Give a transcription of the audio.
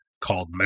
called